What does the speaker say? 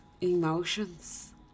emotions